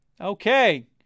Okay